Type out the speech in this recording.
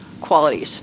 qualities